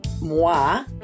moi